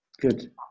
good